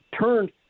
turned